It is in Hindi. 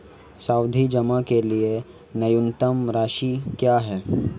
सावधि जमा के लिए न्यूनतम राशि क्या है?